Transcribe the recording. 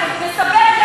את מספרת,